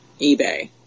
eBay